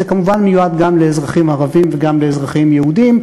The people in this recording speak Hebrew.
וזה כמובן מיועד גם לאזרחים ערבים וגם לאזרחים יהודים,